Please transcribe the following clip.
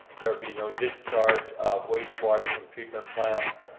there would be no discharge of wastewater from treatment plants,